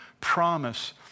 promise